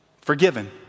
forgiven